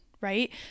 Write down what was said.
Right